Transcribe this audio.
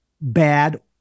bad